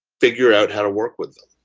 figure out how to work with them.